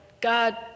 God